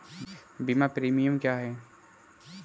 बीमा प्रीमियम क्या है?